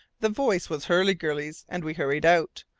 the voice was hurliguerly's, and we hurried out.